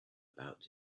about